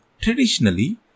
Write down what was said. Traditionally